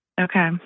Okay